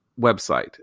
website